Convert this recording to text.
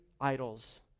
idols